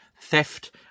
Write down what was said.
Theft